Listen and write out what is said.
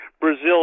Brazil